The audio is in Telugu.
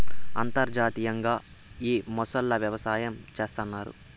అంతర్జాతీయంగా ఈ మొసళ్ళ వ్యవసాయం చేస్తన్నారు